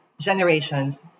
generations